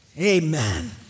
Amen